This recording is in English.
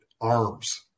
arms